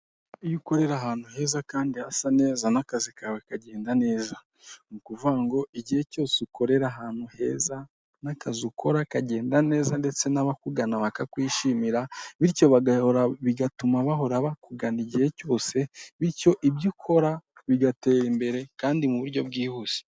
Iyo ukorera ahantu heza kandi hasa neza n'akazi kawe kagenda neza, ni ukuvuga ngo igihe cyose ukorera ahantu heza n'akazi ukora kagenda neza ndetse n'abakugana bakakwishimira bityo bigatuma bahora bakugana igihe cyose, bityo ibyo ukora bigatera imbere kandi mu buryo bwihuse.